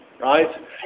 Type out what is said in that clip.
right